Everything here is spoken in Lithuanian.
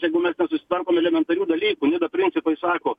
jeigu mes nesusitvarkom elementarių dalykų principai sako